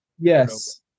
yes